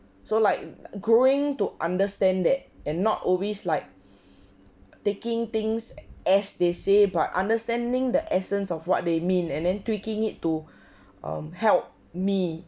so like growing to understand that and not always like taking things as they say but understanding the essence of what they mean and then tweaking it to um help me